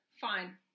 Fine